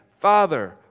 Father